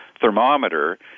thermometer